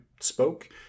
spoke